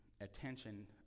attention